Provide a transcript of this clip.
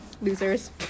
Losers